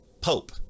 Pope